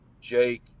Jake